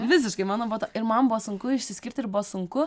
visiškai mano buvo to ir man buvo sunku išsiskirti ir buvo sunku